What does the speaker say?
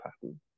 pattern